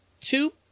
two